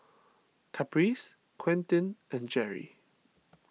Caprice Quentin and Jerry